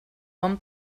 bon